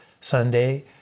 Sunday